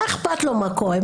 מה אכפת לו מה קורה?